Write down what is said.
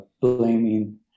blaming